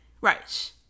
Right